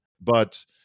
But-